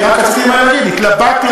אני רק רציתי מהר להגיד: התלבטתי,